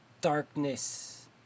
darkness